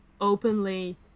openly